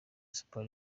super